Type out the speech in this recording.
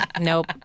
Nope